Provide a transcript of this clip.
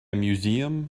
museum